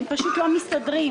הם פשוט לא מסתדרים.